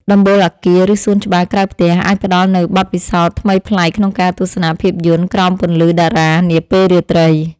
ដំបូលអគារ ឬសួនច្បារក្រៅផ្ទះ អាចផ្ដល់នូវបទពិសោធន៍ថ្មីប្លែកក្នុងការទស្សនាភាពយន្តក្រោមពន្លឺតារានាពេលរាត្រី។